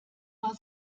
war